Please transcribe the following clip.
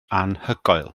anhygoel